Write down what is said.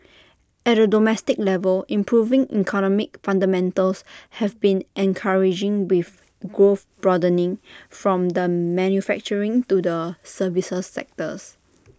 at A domestic level improving economic fundamentals have been encouraging with growth broadening from the manufacturing to the services sectors